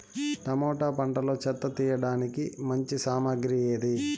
Tomato పంటలో చెత్త తీయడానికి మంచి సామగ్రి ఏది?